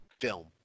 film